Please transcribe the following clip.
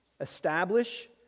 establish